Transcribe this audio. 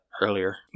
earlier